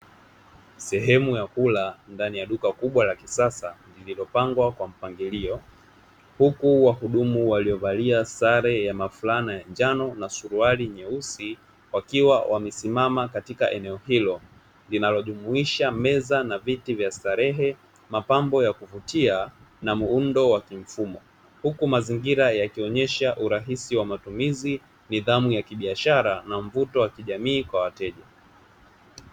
Sehemu ya kula ndani ya duka kubwa la kisasa lililopangwa kwa mpangilio, huku wahudumu waliovalia sare ya mafulana ya njano na suruali nyeusi wakiwa wamesimama katika eneo hilo linalojumuisha meza na viti vya starehe, mapambo ya kuvutia na muundo wa kimfumo. Huku mazingira yakionyesha urahisi wa matumizi, nidhamu ya kibiashara na mvuto wa kijamii kwa wateja.